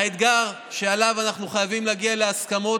שהאתגר שעליו אנחנו חייבים להגיע להסכמות